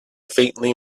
faintly